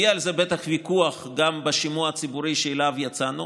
יהיה על זה בטח ויכוח גם בשימוע הציבורי שאליו יצאנו.